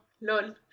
lol